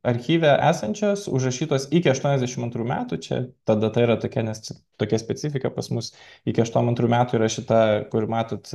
archyve esančios užrašytos iki aštuoniasdešimt antrų metų čia ta data yra tokia nes tokia specifika pas mus iki aštuom antrų metų yra šita kur matot